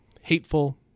hateful